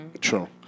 True